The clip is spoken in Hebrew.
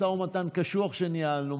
משא ומתן קשוח שניהלנו,